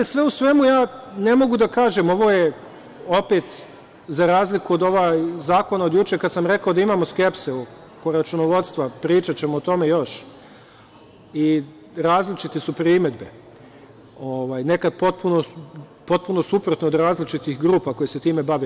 Sve u svemu, ne mogu da kažem, ovo je opet, za razliku od zakona od juče, kada sam rekao da imamo skepsu oko računovodstva, pričaćemo o tome još, i različite su primedbe, nekad potpuno suprotno od različitih grupa koje se time bave.